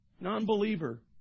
non-believer